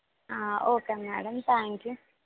okay madam thank you